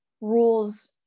rules